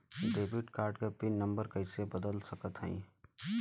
Debit card क pin number कइसे बदल सकत हई?